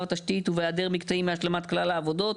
התשתית ובהיעדר מקטעים מהשלמת כלל העבודות.